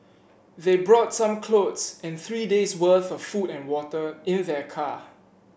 they brought some clothes and three days'worth of food and water in their car